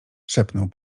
szepnął